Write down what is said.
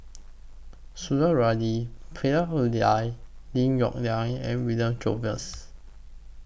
Lim Yong Liang and William Jervois